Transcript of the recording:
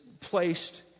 placed